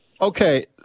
Okay